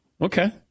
Okay